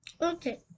Okay